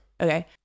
Okay